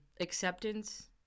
acceptance